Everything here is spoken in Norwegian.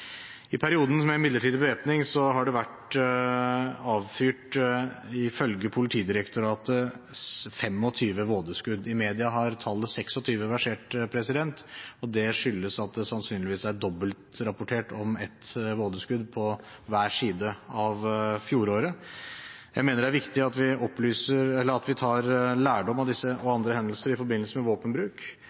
I perioden med midlertidig bevæpning har det ifølge Politidirektoratet vært avfyrt 25 vådeskudd. I media har tallet 26 versert, og det skyldes at det sannsynligvis er dobbeltrapportert om ett vådeskudd på hver side av fjoråret. Jeg mener det er viktig at vi tar lærdom av disse og andre hendelser i forbindelse med våpenbruk.